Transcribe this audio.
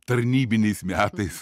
tarnybiniais metais